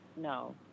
No